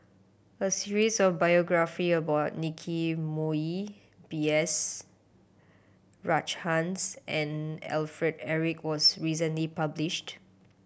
a series of biography about Nicky Moey B S Rajhans and Alfred Eric was recently published